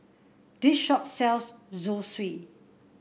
this shop sells Zosui